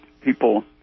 people